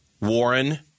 Warren